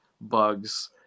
bugs